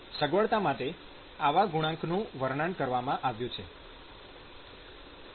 સગવડતા માટે આવા ગુણાંકનું વર્ણન કરવામાં આવ્યું છે